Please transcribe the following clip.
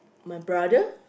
my brother